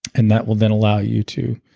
and that will then allow you to